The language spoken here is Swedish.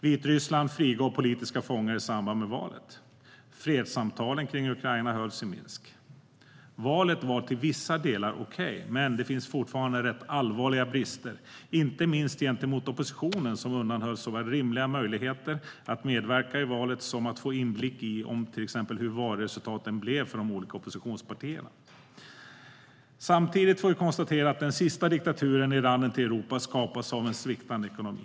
Vitryssland frigav politiska fångar i samband med valet. Fredssamtalen kring Ukraina hölls i Minsk. Valet var till vissa delar okej, men det finns fortfarande rätt allvarliga brister, inte minst gentemot oppositionen som undanhölls såväl rimliga möjligheter att medverka i valet som att få inblick i hur till exempel valresultaten blev för de olika oppositionspartierna. Samtidigt får vi konstatera att den sista diktaturen i kanten av Europa skakas av en sviktande ekonomi.